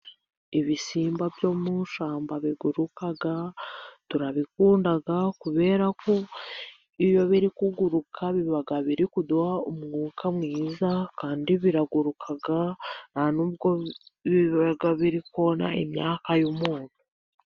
Ibisimba byo mu ishyamba biguruka turabikunda, kubera ko iyo biri kuguruka biba biri kuduha umwuka mwiza, kandi biraguruka nta n'ubwo biba biri kona imyaka y'umuntu.